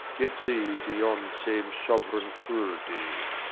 get thee to yond same sovereign cruelty.